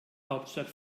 hauptstadt